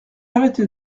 arrêté